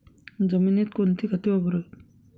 जमिनीत कोणती खते वापरावीत?